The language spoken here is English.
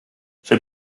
she